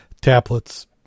tablets